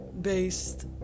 based